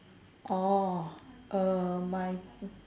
orh uh my